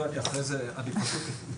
ולא בכותרת שנכתבה.